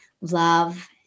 love